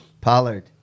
Pollard